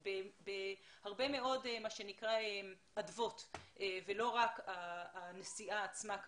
בהרבה מאוד אדוות ולא רק הנסיעה עצמה.